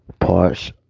parts